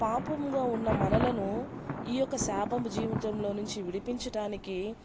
పాపంగా ఉన్న మనలను ఈ యొక్క శాపము జీవితంలో నుంచి విడిపించటానికి